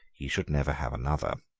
he should never have another.